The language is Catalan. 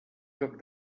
joc